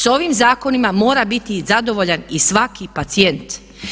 Sa ovim zakonima mora biti i zadovoljan i svaki pacijent.